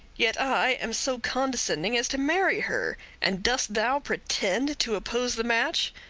yet i am so condescending as to marry her and dost thou pretend to oppose the match?